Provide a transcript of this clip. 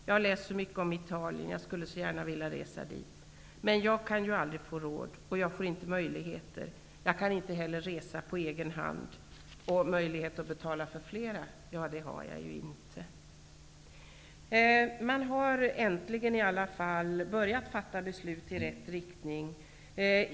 Jag har läst mycket om Italien, och jag skulle så gärna vilja resa dit. Men jag kan aldrig få råd eller möjligheter att resa dit. Jag kan inte resa på egen hand, och att betala för flera har jag ingen möjlighet. Man har äntligen i alla fall börjat fatta beslut i rätt riktning.